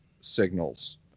signals